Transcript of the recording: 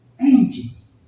angels